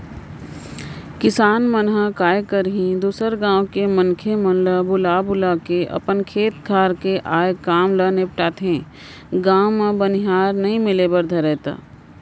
किसान मन ह काय करही दूसर गाँव के मनखे मन ल बुला बुलाके अपन खेत खार के आय काम ल निपटाथे, गाँव म बनिहार नइ मिले बर धरय त